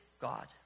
God